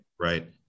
right